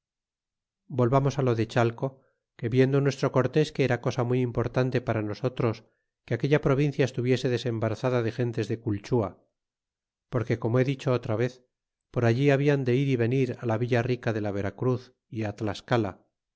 volvamos los de chale que viendo nuestro cortés que era cosa muy importante para nosotros que aquella provincia estuviese desembarazada de gentes de colchua porque como he dicho otra vez por allí habian de ir é venir la villa rica de la vera cruz é tlascala